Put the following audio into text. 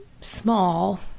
small